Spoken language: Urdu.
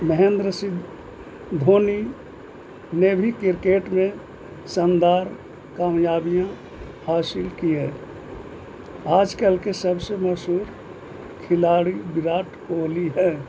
مہیندر سنگھ دھونی نے بھی کرکٹ میں شاندار کامیابیاں حاصل کیے آج کل کے سب سے مشہور کھلاڑی وراٹ کوہلی ہیں